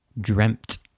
Dreamt